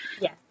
Yes